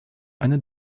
eine